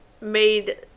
made